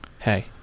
Hey